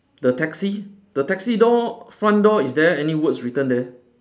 the taxi the taxi door front door is there any words written there